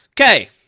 Okay